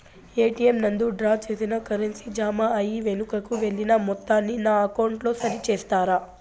ATM నందు draw చేసిన currency జామ అయి వెనుకకు వెళ్లిన మొత్తాన్ని నా అకౌంట్ లో సరి చేస్తారా?